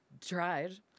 tried